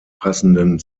passenden